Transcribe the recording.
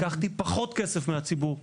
לקחתי פחות כסף מהציבור,